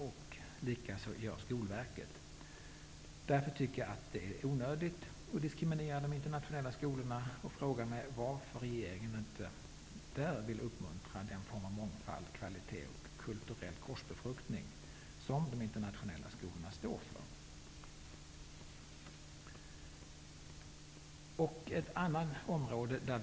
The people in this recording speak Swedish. Det gör även Skolverket. Jag tycker att det är onödigt att diskriminera de internationella skolorna. Jag frågar mig varför regeringen inte vill uppmuntra den form av mångfald, kvalitet och kulturell korsbefruktning som de internationella skolorna står för.